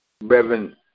Reverend